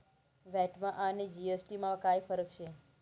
व्हॅटमा आणि जी.एस.टी मा काय फरक शे?